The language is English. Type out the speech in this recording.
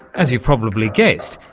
as you've probably guessed,